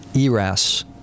ERAS